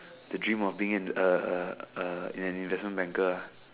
the dream of being a a a an investment banker ah